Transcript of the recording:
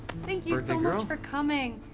thank you so much for coming.